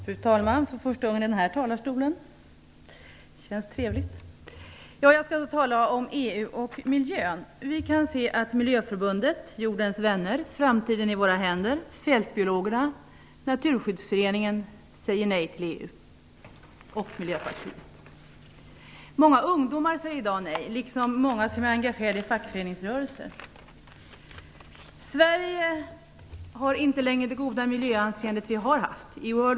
Fru talman! Jag står för första gången i denna talarstol, och det känns trevligt. Jag skall tala om EU och miljön. Vi kan se att Miljöpartiet säger nej till EU. Många ungdomar säger i dag nej, liksom många som är engagerade i fackföreningsrörelsen. Sverige har inte längre det goda miljöanseendet som landet hade tidigare.